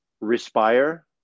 respire